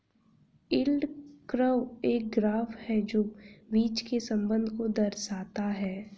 yield curve एक graph है जो बीच के संबंध को दर्शाता है